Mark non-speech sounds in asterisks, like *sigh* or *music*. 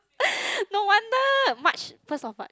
*noise* no wonder March first of March